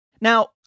Now